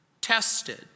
tested